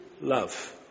love